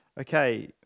okay